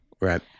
right